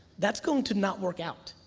that's going to not work out.